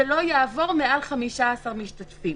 זה לא יעבור מעל 15 משתתפים.